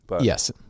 Yes